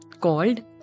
called